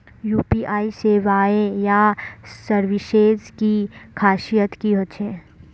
UPI सेवाएँ या services की खासियत की होचे?